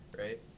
right